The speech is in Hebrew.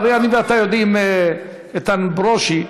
אני ואתה יודעים, איתן ברושי,